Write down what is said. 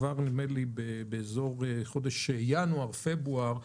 נדמה לי בחודשים ינואר-פברואר,